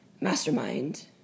mastermind